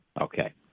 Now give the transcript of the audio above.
Okay